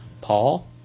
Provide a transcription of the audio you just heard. Paul